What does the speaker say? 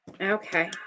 okay